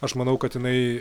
aš manau kad jinai